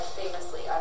famously